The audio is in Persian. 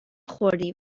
خوردی